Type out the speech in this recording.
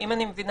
אם אני מבינה,